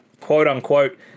quote-unquote